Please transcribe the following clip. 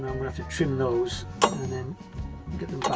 to have to trim those then get them